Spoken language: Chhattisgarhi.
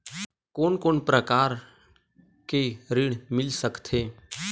कोन कोन प्रकार के ऋण मिल सकथे?